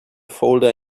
folder